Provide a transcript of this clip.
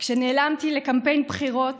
כשנעלמתי לקמפיין בחירות,